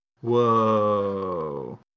Whoa